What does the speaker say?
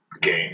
game